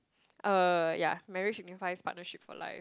uh ya marriage signifies partnership for life